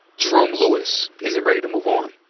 jerome lewis isn't ready to move on.